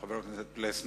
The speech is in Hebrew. חבר הכנסת פלסנר,